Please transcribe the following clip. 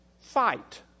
fight